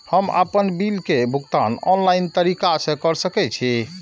हम आपन बिल के भुगतान ऑनलाइन तरीका से कर सके छी?